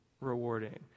rewarding